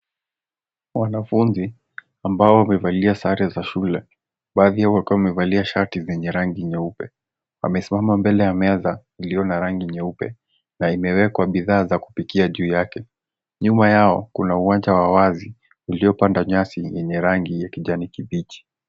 Wanafunzi ambao wamevalia sare za shule. Baadhi yao wakiwa wamevalia shati zenye rangi nyeupe. Wamesimama mbele ya meza iliyo na rangi nyeupe na imewekwa bidhaa za kupikia juu yake. Nyuma yao kuna uwanja wa wazi uliopandwa nyasi yenye rangi ya kijani kibichi.